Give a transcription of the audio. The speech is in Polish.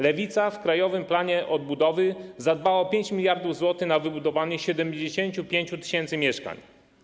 Lewica w Krajowym Planie Odbudowy zadbała o 5 mld zł na wybudowanie 75 tys. mieszkań.